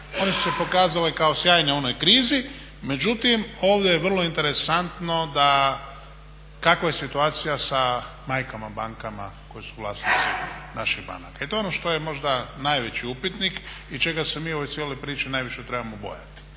one su se pokazale kao sjajne u onoj krizi. Međutim ovdje je vrlo interesantno da kakva je situacija sa majkama bankama koje su vlasnici naših banaka. I to je ono što je možda najveći upitnik i čega se mi u ovoj cijeloj priči trebamo bojati.